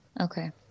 okay